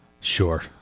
Sure